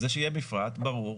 זה שיהיה מפרט ברור,